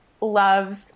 loves